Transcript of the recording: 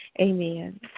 Amen